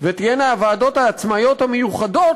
ותהיינה הוועדות העצמאיות המיוחדות,